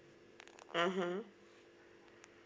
(uh huh)